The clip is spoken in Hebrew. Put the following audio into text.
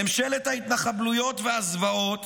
ממשלת ההתנחבלויות והזוועות